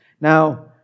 Now